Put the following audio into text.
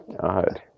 God